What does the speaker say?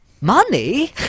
money